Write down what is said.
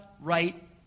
right